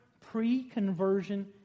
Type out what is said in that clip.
pre-conversion